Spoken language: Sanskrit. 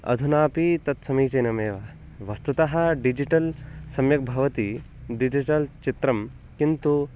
अधुनापि तत् समीचिनमेव वस्तुतः डिजिटल् सम्यग्भवति डिजिटल् चित्रं किन्तु